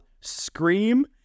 scream